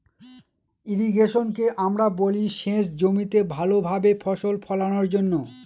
ইর্রিগেশনকে আমরা বলি সেচ জমিতে ভালো ভাবে ফসল ফোলানোর জন্য